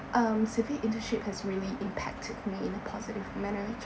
um civic internship has really impacted me in a positive manner